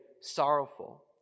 sorrowful